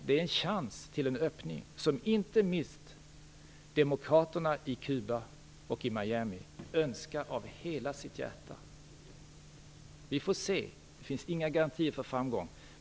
Det är en chans till en öppning som inte minst demokraterna i Kuba och i Miami önskar av hela sitt hjärta. Vi får se. Det finns inga garantier för framgång.